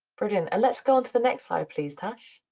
brilliant. and let's go on to the next slide, please, tash.